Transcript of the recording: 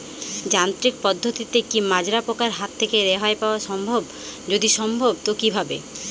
যান্ত্রিক পদ্ধতিতে কী মাজরা পোকার হাত থেকে রেহাই পাওয়া সম্ভব যদি সম্ভব তো কী ভাবে?